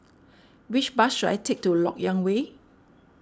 which bus should I take to Lok Yang Way